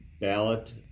ballot